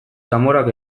zamorak